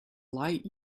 light